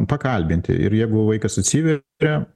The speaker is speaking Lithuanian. pakalbinti ir jeigu vaikas atsiveria